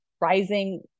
rising